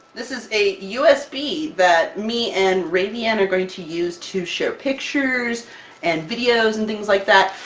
this is a usb that me and raevienne are going to use to share pictures and videos and things like that.